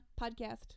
Podcast